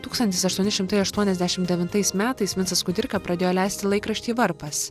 tūkstantis aštuoni šimtai aštuoniasdešim devintais metais vincas kudirka pradėjo leisti laikraštį varpas